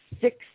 six